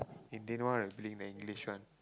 Indian one or you believe in English one